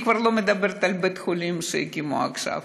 אני כבר לא מדברת על בית החולים שהקימו עכשיו,